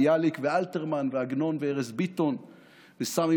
ביאליק ואלתרמן ועגנון וארז ביטון וסמי